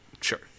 sure